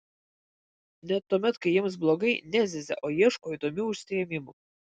net tuomet kai jiems blogai nezyzia o ieško įdomių užsiėmimų